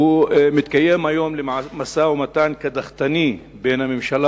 מתקיים היום משא-ומתן קדחתני בין הממשלה